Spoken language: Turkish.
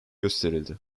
gösterildi